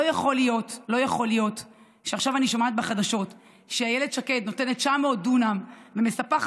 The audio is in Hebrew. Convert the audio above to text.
לא יכול להיות שעכשיו אני שומעת בחדשות שאילת שקד נותנת 900 דונם ומספחת